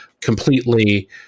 completely